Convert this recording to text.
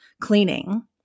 cleaning